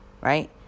right